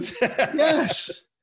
Yes